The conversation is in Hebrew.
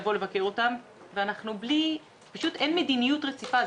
לבוא לבקר אותם ופשוט אין מדיניות רציפה,